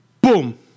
Boom